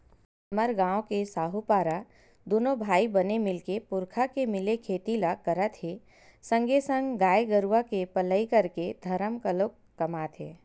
हमर गांव के साहूपारा दूनो भाई बने मिलके पुरखा के मिले खेती ल करत हे संगे संग गाय गरुवा के पलई करके धरम घलोक कमात हे